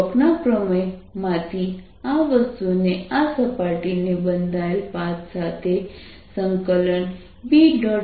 સ્ટોકના પ્રમેય માંથી આ વસ્તુને આ સપાટીને બંધાયેલ પાથ સાથે B